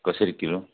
कसरी किलो